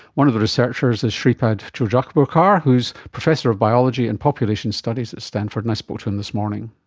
one of the researchers is shripad tuljapurkar who is professor of biology and population studies at stanford and i spoke to him this morning.